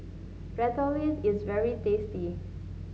Ratatouille is very tasty